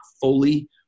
fully